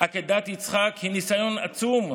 עקדת יצחק היא ניסיון עצום,